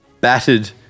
battered